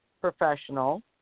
professional